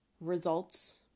results